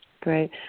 Great